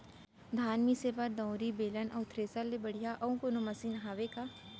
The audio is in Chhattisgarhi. धान मिसे बर दउरी, बेलन अऊ थ्रेसर ले बढ़िया अऊ कोनो मशीन हावे का?